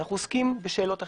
אנו עוסקים בשאלות אחרות.